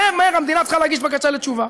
מהר מהר המדינה צריכה להגיש בקשה לתשובה.